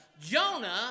Jonah